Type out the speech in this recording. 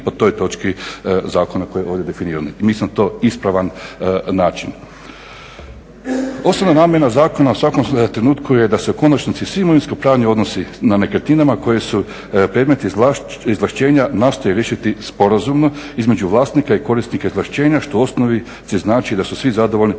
po toj točki zakona koja je ovdje definirana. Mislim da je to ispravan način. Osnovna namjena zakona u svakom trenutku je da se u konačnici svi imovinsko-pravni odnosi na nekretninama koje su predmet izvlaštenja nastoje riješiti sporazumno između vlasnika i korisnika izvlaštenja što u osnovici znači da su svi zadovoljni